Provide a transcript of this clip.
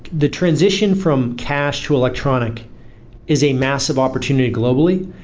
the transition from cash to electronic is a massive opportunity globally.